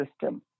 system